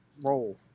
roll